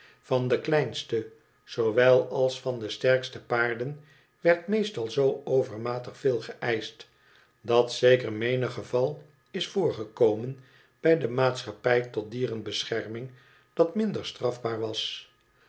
van de kleinste zoowel als van de sterkste paarden werd meestal zoo overmatig veel geëischt dat zeker menig geval is voorgekomen bij de maatschappij tot dierenbescherming dat minder strafbaar was